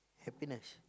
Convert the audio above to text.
happiness